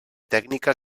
tècnica